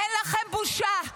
אין לכם בושה.